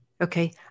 Okay